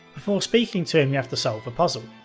before speaking to him, you have to solve a puzzle.